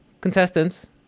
contestants